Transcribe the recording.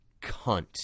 cunt